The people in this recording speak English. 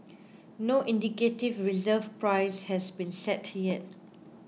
no indicative reserve price has been set yet